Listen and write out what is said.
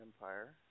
Empire